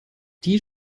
die